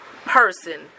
person